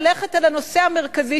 ללכת על הנושא המרכזי,